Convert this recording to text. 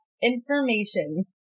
information